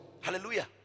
Hallelujah